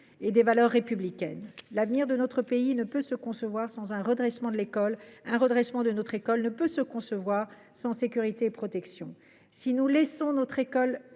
et des valeurs républicaines. L’avenir de notre pays ne peut se concevoir sans un redressement de l’école. Un redressement de notre école ne peut se concevoir sans sécurité et sans protection. Si nous laissons notre école